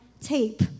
tape